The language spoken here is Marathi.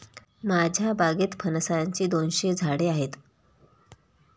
माझ्या बागेत फणसाची दोनशे झाडे आहेत